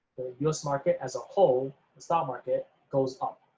us market as a whole, the stock market goes up.